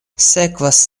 sekvas